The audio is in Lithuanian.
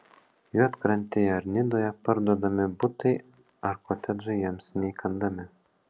juodkrantėje ar nidoje parduodami butai ar kotedžai jiems neįkandami